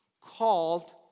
called